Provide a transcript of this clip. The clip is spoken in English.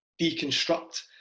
deconstruct